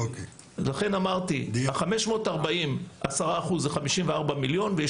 לכן אמרתי שעשרה אחוזים מ-540,000,000 ₪ זה 54,000,000 ₪,